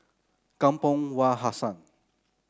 Kampong Wak Hassan